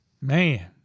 man